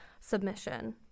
submission